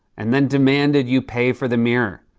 and then demanded you pay for the mirror.